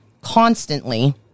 constantly